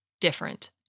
different